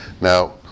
Now